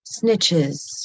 snitches